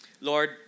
Lord